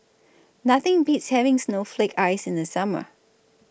Nothing Beats having Snowflake Ice in The Summer